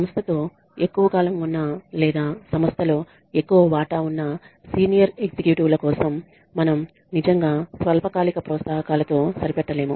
సంస్థతో ఎక్కువ కాలం ఉన్న లేదా సంస్థలో ఎక్కువ వాటా ఉన్న సీనియర్ ఎగ్జిక్యూటివ్ ల కోసం మనం నిజంగా స్వల్పకాలిక ప్రోత్సాహకాలతో సరిపెట్టలేము